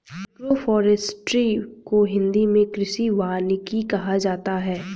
agroforestry को हिंदी मे कृषि वानिकी कहा जाता है